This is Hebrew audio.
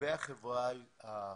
החברה הערבית,